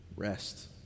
rest